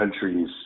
countries